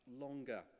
longer